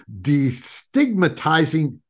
destigmatizing